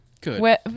good